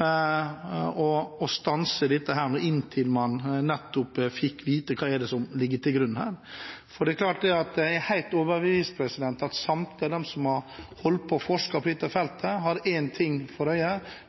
å stanse dette nå, inntil man fikk vite hva det er som ligger til grunn her. Jeg er helt overbevist om at samtlige av dem som har holdt på og forsket på dette feltet, har hatt én ting for øye, nettopp det å